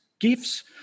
gifts